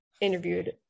interviewed